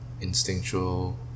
instinctual